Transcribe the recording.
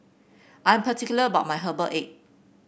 I am particular about my Herbal Egg